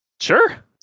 Sure